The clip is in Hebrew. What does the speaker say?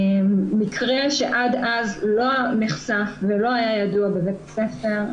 מקרה שעד אז לא נחשף ולא היה ידוע בבית הספר,